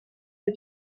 des